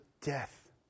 death